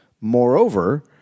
Moreover